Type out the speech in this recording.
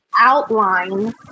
outline